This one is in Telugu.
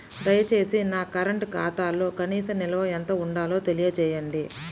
దయచేసి నా కరెంటు ఖాతాలో కనీస నిల్వ ఎంత ఉండాలో తెలియజేయండి